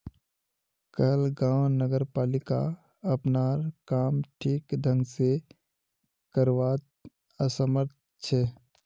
कहलगांव नगरपालिका अपनार काम ठीक ढंग स करवात असमर्थ छ